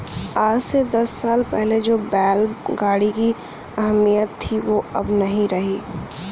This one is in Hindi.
आज से दस साल पहले जो बैल गाड़ी की अहमियत थी वो अब नही रही